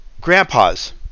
grandpas